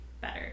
better